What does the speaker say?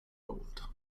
old